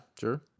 sure